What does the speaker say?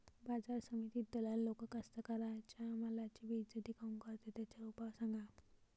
बाजार समितीत दलाल लोक कास्ताकाराच्या मालाची बेइज्जती काऊन करते? त्याच्यावर उपाव सांगा